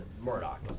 Murdoch